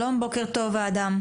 שלום, בוקר טוב אדם.